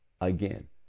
again